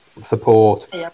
Support